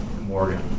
Morgan